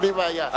בלי בעיה.